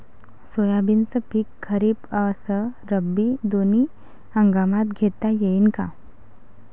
सोयाबीनचं पिक खरीप अस रब्बी दोनी हंगामात घेता येईन का?